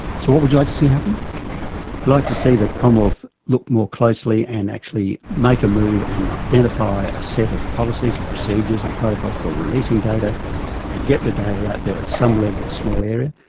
so what would you like to see happen? i'd like to see the commonwealth look more closely and actually make a move and identify a set of policies and procedures and protocols for releasing data and get the data out there at some level, a small area,